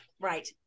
right